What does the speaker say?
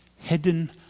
hidden